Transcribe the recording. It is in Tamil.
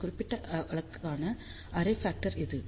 இந்த குறிப்பிட்ட வழக்குக்கான அரே ஃபக்டர் இது